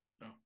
no